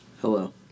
Hello